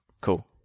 Cool